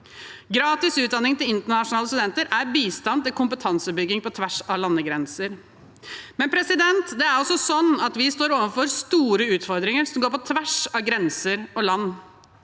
Gratis utdanning til internasjonale studenter er bistand til kompetansebygging på tvers av landegrenser, men det er også sånn at vi står overfor store utfordringer som går på tvers av grenser og land.